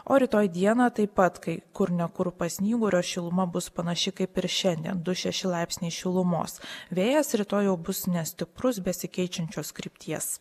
o rytoj dieną taip pat kai kur ne kur pasnyguriuos šiluma bus panaši kaip ir šiandien du šeši laipsniai šilumos vėjas rytoj jau bus nestiprus besikeičiančios krypties